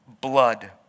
blood